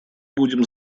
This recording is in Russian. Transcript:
будем